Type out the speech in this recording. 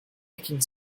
nicking